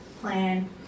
plan